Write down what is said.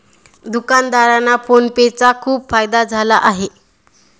दुकानदारांना फोन पे चा खूप फायदा झाला आहे